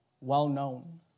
well-known